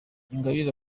ingabire